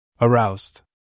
Aroused